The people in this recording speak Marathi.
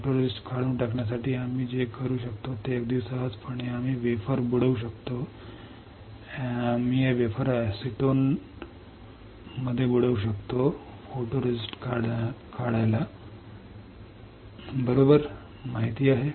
फोटोरोसिस्ट काढून टाकण्यासाठी आम्ही जे करू शकतो ते अगदी सहजपणे आम्ही वेफर बुडवू शकतो आम्ही हे वेफर एसीटोन फोटोरेस्टिस्ट काढण्यात बुडवू शकतो आपल्याला ते बरोबर माहित आहे